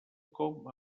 com